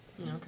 Okay